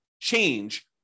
change